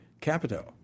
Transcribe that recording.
Capito